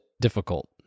difficult